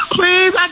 Please